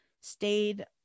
stayed